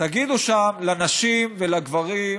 תגידו שם לנשים ולגברים,